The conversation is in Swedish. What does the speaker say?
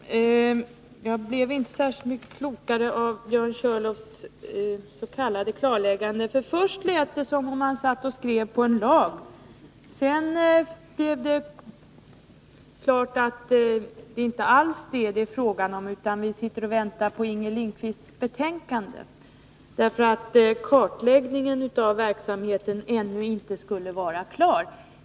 Herr talman! Jag blev inte särskilt mycket klokare av Björn Körlofs s.k. klarläggande. Först lät det som om man satt och skrev på en lag. Sedan blev det klart att det är det inte alls fråga om, utan vi väntar på Inger Lindquists betänkande, för kartläggningen av verksamheten skulle ännu inte vara klar.